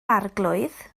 arglwydd